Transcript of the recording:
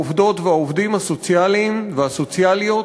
העובדות והעובדים הסוציאליים והסוציאליות,